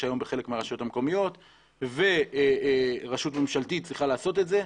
היום בחלק מהרשויות המקומיות ורשות ממשלתית צריכה לעשות את זה.